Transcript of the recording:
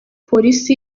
polisi